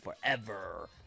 forever